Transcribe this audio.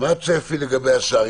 מה הצפי לגבי השאר?